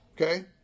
Okay